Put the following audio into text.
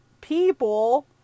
people